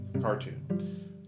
cartoon